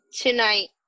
tonight